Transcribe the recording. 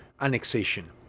annexation